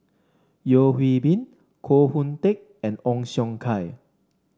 Yeo Hwee Bin Koh Hoon Teck and Ong Siong Kai